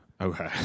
Okay